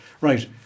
right